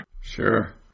Sure